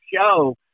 show